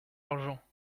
argent